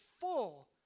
full